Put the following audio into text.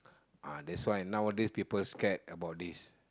that why nowadays people scared about this